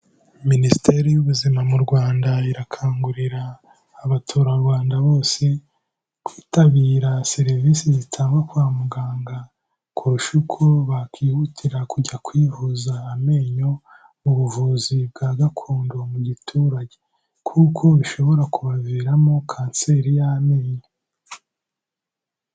Minisiteri y'Ubuzima mu Rwanda irakangurira abaturarwanda bose kwitabira serivisi zitangwa kwa muganga, kurusha uko bakihutira kujya kwivuza amenyo mu buvuzi bwa gakondo mu giturage kuko bishobora kubaviramo kanseri y'amenyo.